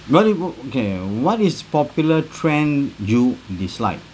kay what is popular trend you dislike